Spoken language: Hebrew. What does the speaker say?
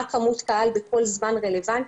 מה מספר הקהל בכל זמן רלוונטי.